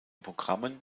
programmen